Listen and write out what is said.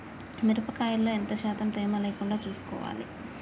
మిరప కాయల్లో ఎంత శాతం తేమ లేకుండా చూసుకోవాలి?